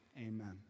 Amen